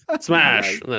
Smash